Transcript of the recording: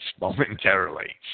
momentarily